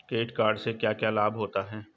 Credit card से क्या क्या लाभ होता है?